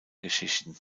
geschichten